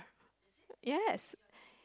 yes